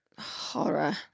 horror